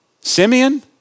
Simeon